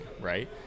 right